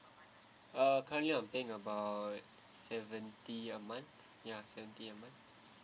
err currently I think about seventy a month ya seventy a month